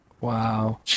Wow